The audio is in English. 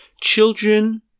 children